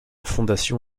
fondation